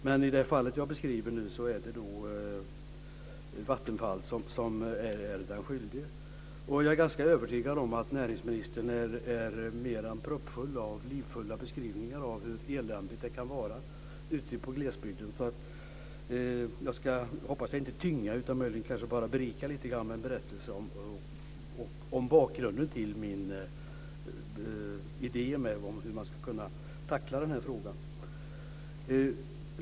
Men i det fall som jag nu beskriver är det Vattenfall som är den skyldige. Jag är ganska övertygad om att näringsministern är mer än proppfull av livfulla beskrivningar av hur eländigt det kan vara ute i glesbygden, så jag hoppas att jag inte ska tynga utan kanske bara berika lite grann med en berättelse om bakgrunden till min idé om hur man ska kunna tackla den här frågan.